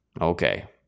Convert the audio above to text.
Okay